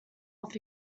off